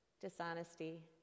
dishonesty